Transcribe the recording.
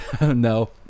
No